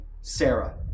Sarah